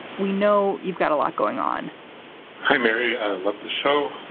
we know you've got a lot going on hi, mary. i love the show.